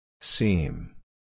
Seam